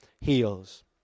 heals